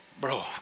bro